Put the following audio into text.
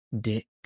Dick